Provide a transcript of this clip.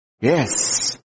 Yes